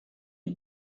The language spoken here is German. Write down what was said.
die